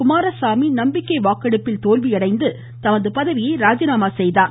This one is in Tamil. குமாரசாமி நம்பிக்கை வாக்கெடுப்பில் தோல்வியடைந்து தமது பதவியை ராஜினாமா செய்தார்